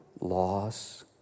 loss